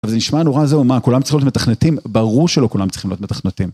זה נשמע נורא זהו מה, כולם צריכים להיות מתכנתים, ברור שלא כולם צריכים להיות מתכנתים.